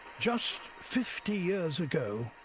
just fifty years ago,